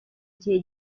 gihe